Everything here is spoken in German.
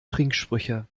trinksprüche